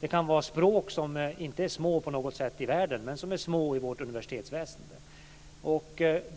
Det kan vara språk som inte på något sätt är små i världen men som är små i vårt universitetsväsende.